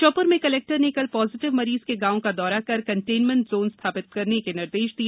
श्याप्र में कलक्ष्य नाकल पॉजिशिव मरीज का गांव का दौरा कर कं ङ में जाम स्थापित करन क निर्देश दिए